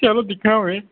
चलो दिक्खना में उनें ई